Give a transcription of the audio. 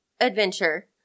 Adventure